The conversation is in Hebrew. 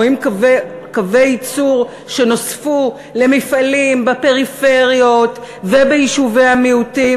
רואים קווי ייצור שנוספו למפעלים בפריפריות וביישובי המיעוטים,